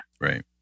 Right